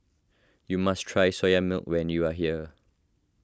you must try Soya Milk when you are here